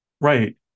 right